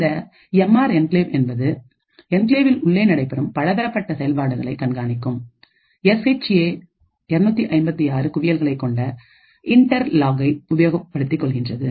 இந்த M R enclave என்பதுஎன்கிளேவில் உள்ளே நடைபெறும் பலதரப்பட்ட செயல்பாடுகளை கண்காணிக்கும் எஸ் எச் ஏ 256 குவியல்களை கொண்ட இன்டர்ணல் லாக்கை உபயோகப்படுத்திக் கொள்கின்றது